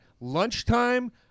Lunchtime